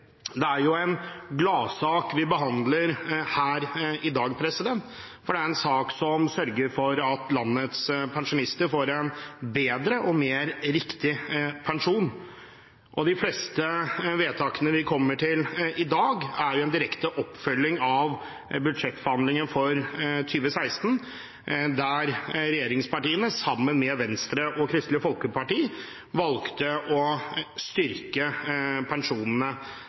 Det er en gladsak vi behandler her i dag, for det er en sak som sørger for at landets pensjonister får en bedre og mer riktig pensjon. De fleste vedtakene vi kommer til i dag, er en direkte oppfølging av budsjettbehandlingen for 2016, der regjeringspartiene sammen med Venstre og Kristelig Folkeparti valgte å styrke pensjonene